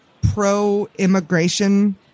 pro-immigration